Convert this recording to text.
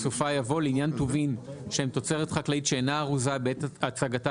בסופה יבוא "לעניין טובין שהם תוצרת חקלאית שאינה ארוזה בעת הצגתה